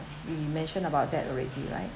we mentioned about that already right